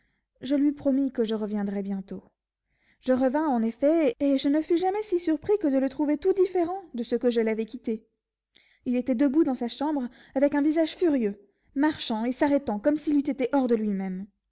je lui promis que je reviendrais bientôt je revins en effet et je ne fus jamais si surpris que de le trouver tout différent de ce que je l'avais quitté il était debout dans sa chambre avec un visage furieux marchant et s'arrêtant comme s'il eût été hors de lui-même